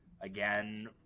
again